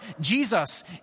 Jesus